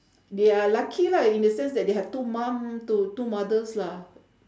they are lucky lah in the sense that they have two mum to~ two mothers lah